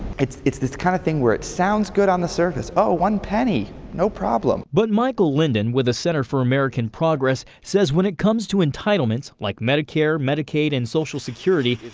it's it's this kind of thing where it sounds good on the surface, oh one penny, no problem. but michael linden, with the center for american progress, says when it comes to entitlements like medicare, medicaid and social security,